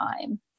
time